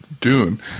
dune